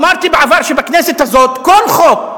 אמרתי בעבר שבכנסת הזאת כל חוק,